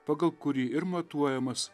pagal kurį ir matuojamas